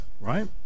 right